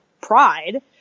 pride